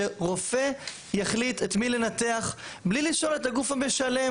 שרופא יחליט את מי לנתח בלי לשאול את הגוף המשלם